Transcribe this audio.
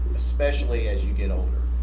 especially as you get older.